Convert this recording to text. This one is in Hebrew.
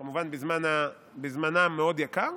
זה כמובן בזמנם מאוד יקר,